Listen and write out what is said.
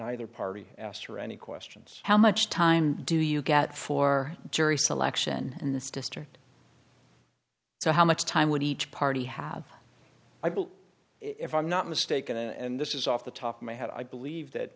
neither party asked her any questions how much time do you get for jury selection in this district so how much time would each party have i believe if i'm not mistaken and this is off the top of my head i believe that